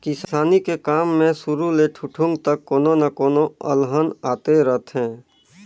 किसानी के काम मे सुरू ले ठुठुंग तक कोनो न कोनो अलहन आते रथें